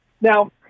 Now